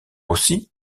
aussi